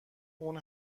اون